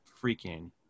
freaking